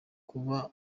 kuba